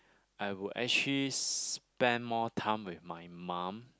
I would actually spend more time with my mum